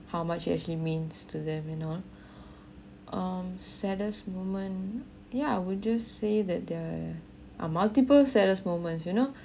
how much actually means to them you know um saddest moment ya I will just say that there are multiple saddest moments you know